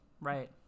right